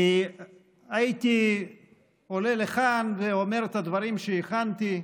הייתי עולה לכאן ואומר את הדברים שהכנתי,